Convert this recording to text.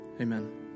Amen